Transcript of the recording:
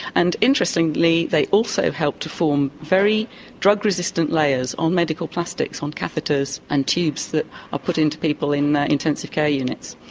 and interestingly, they also help to form very drug-resistant layers on medical plastics, on catheters and tubes that are put into people in their intensive care units.